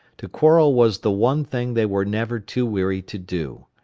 to quarrel was the one thing they were never too weary to do.